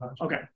Okay